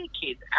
kids